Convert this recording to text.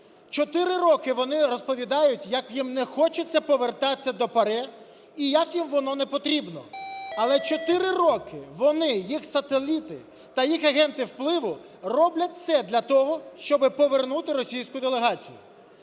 Чотири роки вони розповідають, як їм не хочеться повертатися до ПАРЄ і як їм воно не потрібно. Але чотири роки вони, їх сателіти та їх агенти впливу роблять все для того, щоб повернути російську делегацію.